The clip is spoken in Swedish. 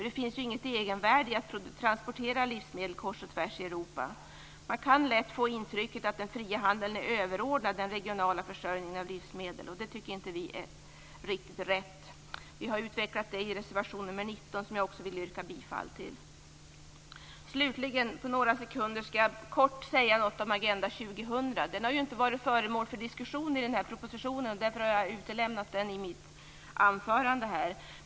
Det finns ju inget egenvärde i att transportera livsmedel kors och tvärs genom Europa. Man kan lätt få intrycket att den fria handeln är överordnad den regionala försörjningen av livsmedel. Det tycker vi inte är riktigt rätt. Vi har utvecklat detta i reservation 19 som jag också yrkar bifall till. Slutligen vill jag kortfattat säga något om Agenda 2000. Den har ju inte varit föremål för diskussion i propositionen. Därför har jag utelämnat den i mitt anförande.